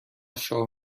شاه